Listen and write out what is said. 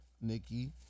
Nikki